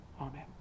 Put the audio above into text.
Amen